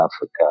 Africa